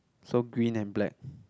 so green and black